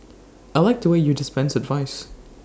I liked the way you dispensed advice